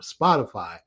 Spotify